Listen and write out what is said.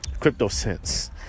CryptoSense